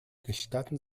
gestatten